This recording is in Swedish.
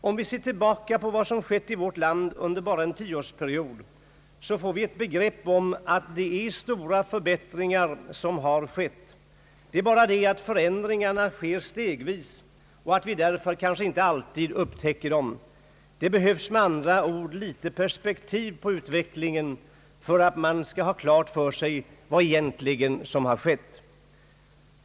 Om vi ser tillbaka på vad som skett i vårt land under bara en tioårsperiod, får vi ett begrepp om de stora förbättringar som skett. Det är bara det att förändringarna sker stegvis och att vi därför kanske inte alltid upptäcker dem. Det behövs med andra ord litet perspektiv på utvecklingen, för att man skall få klart för sig vad som egentligen skett.